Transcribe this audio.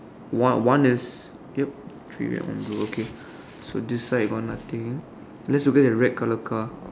one one is yup three red one blue okay so this side got nothing so let's look at the red colour car